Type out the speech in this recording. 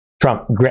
Trump